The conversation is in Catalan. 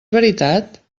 veritat